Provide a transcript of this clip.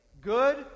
Good